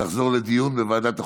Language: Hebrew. תחזור לדיון בוועדת החוקה,